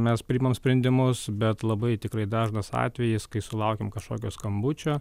mes priimam sprendimus bet labai tikrai dažnas atvejis kai sulaukiam kažkokio skambučio